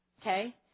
Okay